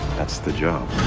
that's the job.